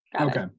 Okay